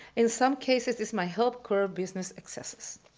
in some cases this might help curb business excesses.